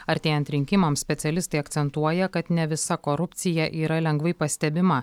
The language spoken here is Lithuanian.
artėjant rinkimams specialistai akcentuoja kad ne visa korupcija yra lengvai pastebima